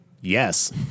yes